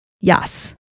Yes